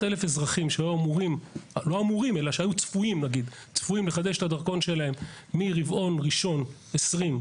700,000 אזרחים שהיו צפויים לחדש את הדרכון שלהם מרבעון ראשון 2020,